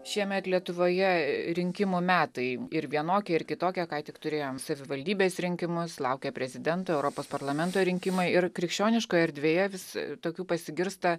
šiemet lietuvoje rinkimų metai ir vienokia ir kitokia ką tik turėjom savivaldybės rinkimus laukia prezidento europos parlamento rinkimai ir krikščioniškoje erdvėje vis tokių pasigirsta